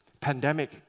Pandemic